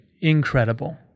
incredible